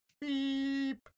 Beep